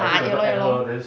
ah ya lor ya lor